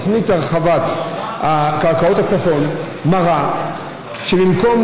תוכנית הרחבת קרקעות הצפון מראה שבמקום